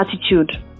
attitude